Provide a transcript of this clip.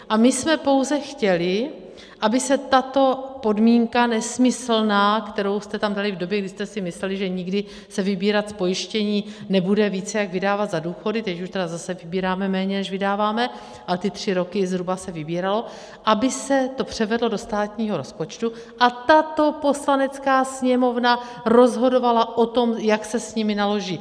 A my jsme pouze chtěli, aby se tato podmínka, nesmyslná, kterou jste tam dali v době, kdy jste si mysleli, že nikdy se vybírat z pojištění nebude více, jak vydávat za důchody teď už tedy zase vybíráme méně, než vydáváme, ale ty tři roky zhruba se vybíralo, aby se to převedlo do státního rozpočtu, a tato Poslanecká sněmovna rozhodovala o tom, jak se s nimi naloží.